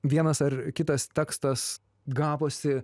vienas ar kitas tekstas gavosi